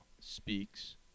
speaks